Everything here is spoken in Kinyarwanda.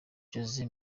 jose